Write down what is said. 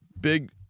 Big